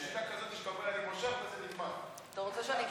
בשיטה כזאת, אתה רוצה שאני אמשוך?